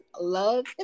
love